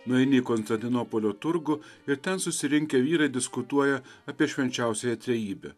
nueini į konstantinopolio turgų ir ten susirinkę vyrai diskutuoja apie švenčiausiąją trejybę